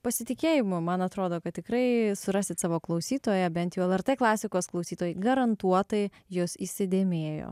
pasitikėjimu man atrodo kad tikrai surasit savo klausytoją bent jau lrt klasikos klausytojai garantuotai jus įsidėmėjo